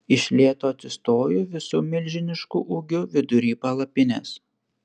iš lėto atsistojo visu milžinišku ūgiu vidury palapinės